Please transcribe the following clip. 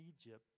Egypt